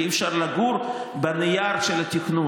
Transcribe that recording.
כי אי-אפשר לגור בנייר של התכנון,